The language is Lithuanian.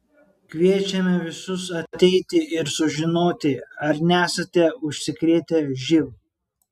kviečiame visus ateiti ir sužinoti ar nesate užsikrėtę živ